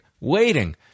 waiting